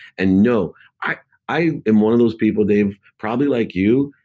and no. i i am one of those people, dave, probably like you,